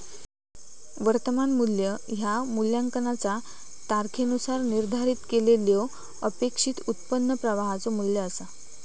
वर्तमान मू्ल्य ह्या मूल्यांकनाचा तारखेनुसार निर्धारित केलेल्यो अपेक्षित उत्पन्न प्रवाहाचो मू्ल्य असा